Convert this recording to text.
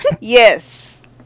yes